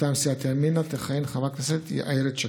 מטעם סיעת ימינה תכהן חברת הכנסת איילת שקד.